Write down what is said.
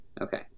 Okay